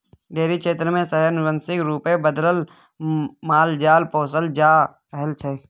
dairy क्षेत्र मे सेहो आनुवांशिक रूपे बदलल मालजाल पोसल जा रहल छै